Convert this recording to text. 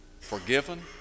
forgiven